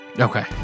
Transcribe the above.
Okay